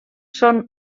són